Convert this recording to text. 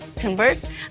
converse